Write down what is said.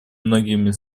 многими